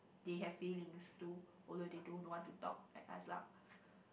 they have feelings too although they don't know how to talk and ask lah